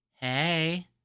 Hey